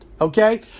Okay